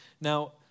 Now